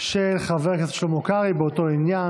של חבר הכנסת שלמה קרעי באותו עניין,